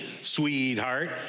sweetheart